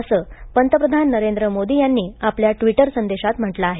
असं पंतप्रधान नरेंद्र मोदी यांनी आपल्या ट्विटर संदेशांत म्हटलं आहे